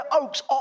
oaks